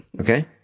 Okay